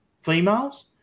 females